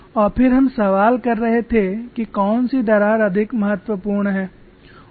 और फिर हम सवाल कर रहे थे कि कौन सी दरार अधिक महत्वपूर्ण है